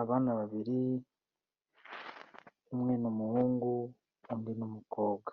Abana babiri, umwe ni umuhungu, undi ni umukobwa,